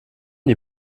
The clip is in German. die